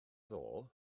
ddoe